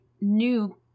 new